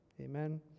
Amen